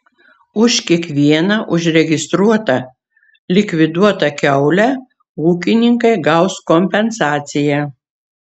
už kiekvieną užregistruotą likviduotą kiaulę ūkininkai gaus kompensaciją